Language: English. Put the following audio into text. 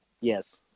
yes